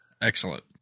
excellent